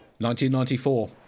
1994